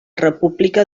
república